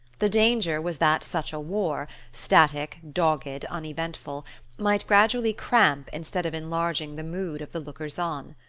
the danger was that such a war static, dogged, uneventful might gradually cramp instead of enlarging the mood of the lookers-on.